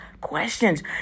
questions